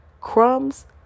crumbs